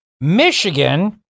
Michigan